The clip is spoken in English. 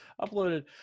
uploaded